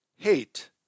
hate